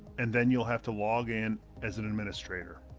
and then you'll have to login as an administrator.